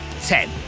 Ten